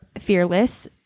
Fearless